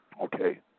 Okay